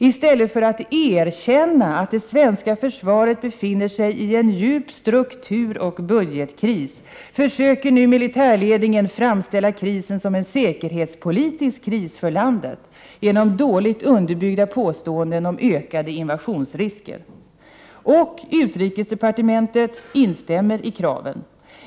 I stället för att erkänna att det svenska försvaret befinner sig i en djup strukturoch budgetkris, försöker nu militärledningen framställa krisen som en säkerhetspolitisk kris för landet, genom dåligt underbyggda påståenden om ökade invasionsrisker. Utrikesdepartementet instämmer också i kraven.